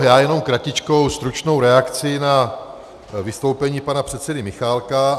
Já jenom kratičkou stručnou reakci na vystoupení pana předsedy Michálka.